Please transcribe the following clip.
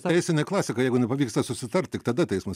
teisinė klasika jeigu nepavyksta susitart tik tada teismas